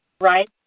right